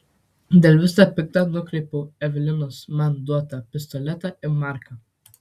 dėl visa pikta nukreipiu evelinos man duotą pistoletą į marką